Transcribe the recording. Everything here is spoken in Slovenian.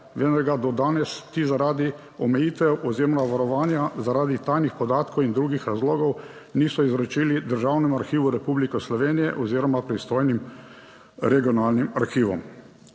vendar ga do danes ti zaradi omejitev oziroma varovanja zaradi tajnih podatkov in drugih razlogov niso izročili Državnemu arhivu Republike Slovenije oziroma pristojnim regionalnim arhivom.